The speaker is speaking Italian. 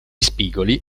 spigoli